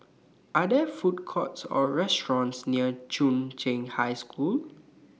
Are There Food Courts Or restaurants near Chung Cheng High School